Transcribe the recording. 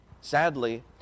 sadly